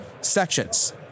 sections